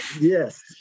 Yes